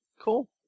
Cool